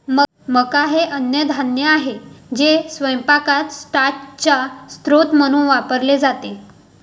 मका हे अन्नधान्य आहे जे स्वयंपाकात स्टार्चचा स्रोत म्हणून वापरले जाते